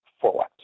Forward